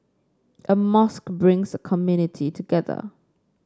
a mosque brings a community together